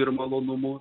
ir malonumų